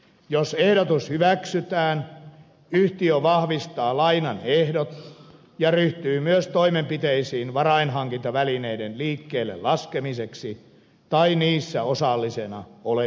jos ehdotus hyväk sytään yhtiö vahvistaa lainan ehdot ja ryhtyy myös toimenpiteisiin varainhankintavälineiden liikkeelle laskemiseksi tai niissä osallisena olemiseksi